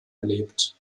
erlebt